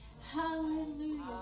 hallelujah